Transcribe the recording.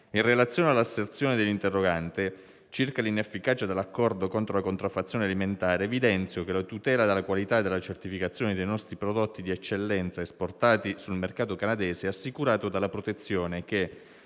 In relazione all'asserzione dell'interrogante circa l'inefficacia dell'accordo contro la contraffazione alimentare, evidenzio che la tutela della qualità e della certificazione dei nostri prodotti di eccellenza esportati sul mercato canadese è assicurato dalla protezione che,